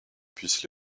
puisse